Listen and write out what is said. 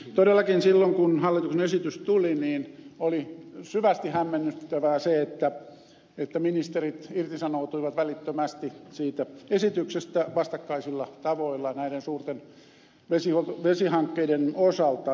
todellakin silloin kun hallituksen esitys tuli oli syvästi hämmennyttävää se että ministerit irtisanoutuivat välittömästi siitä esityksestä vastakkaisilla tavoilla näiden suurten vesihankkeiden osalta